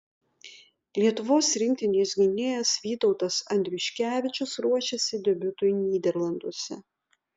lietuvos rinktinės gynėjas vytautas andriuškevičius ruošiasi debiutui nyderlanduose